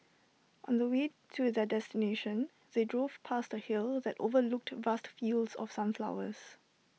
on the way to their destination they drove past A hill that overlooked vast fields of sunflowers